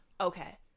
Okay